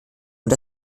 und